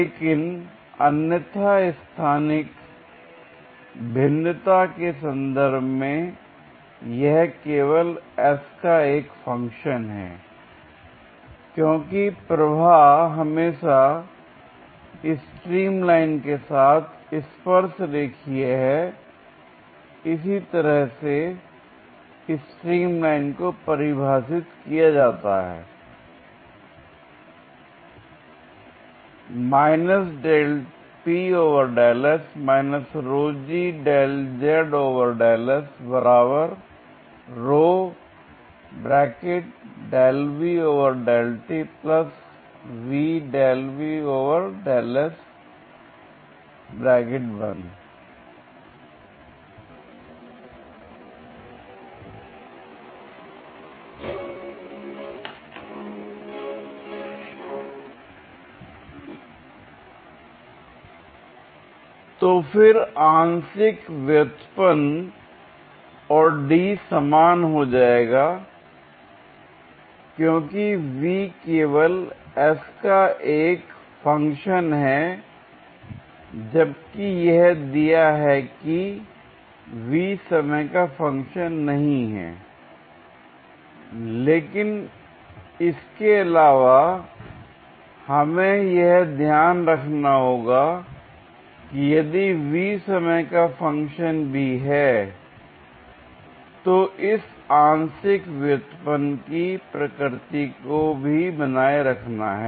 लेकिन अन्यथा स्थानिक भिन्नता के संदर्भ में यह केवल s का एक फंक्शन है क्योंकि प्रवाह हमेशा स्ट्रीम लाइन के साथ स्पर्श रेखीय है इसी तरह से स्ट्रीम लाइन को परिभाषित किया जाता हैI तो फिर आंशिक व्युत्पन्न और d समान हो जाएगा क्योंकि v केवल s का एक फ़ंक्शन है जबकि यह दिया है कि v समय का फंक्शन नहीं है I लेकिन इसके अलावा हमें यह ध्यान रखना होगा कि यदि v समय का फंक्शन भी है तो इस आंशिक व्युत्पन्न की प्रकृति को भी बनाए रखना है